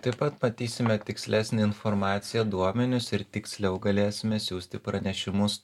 taip pat matysime tikslesnę informaciją duomenis ir tiksliau galėsime siųsti pranešimus